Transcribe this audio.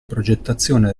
progettazione